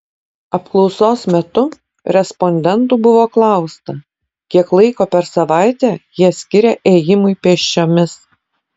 apklausos metu respondentų buvo klausta kiek laiko per savaitę jie skiria ėjimui pėsčiomis